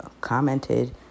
commented